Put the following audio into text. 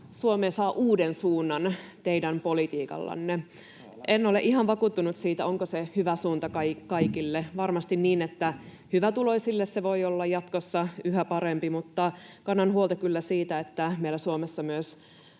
Suomi saa uuden suunnan teidän politiikallanne. En ole ihan vakuuttunut siitä, onko se hyvä suunta kaikille. Varmasti on niin, että hyvätuloisille se voi olla jatkossa yhä parempi, mutta kannan kyllä huolta siitä, että meillä Suomessa on